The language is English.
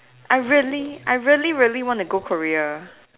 I really I really really wanna go Korea